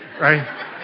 right